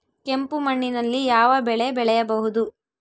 ಕೆಂಪು ಮಣ್ಣಿನಲ್ಲಿ ಯಾವ ಬೆಳೆ ಬೆಳೆಯಬಹುದು?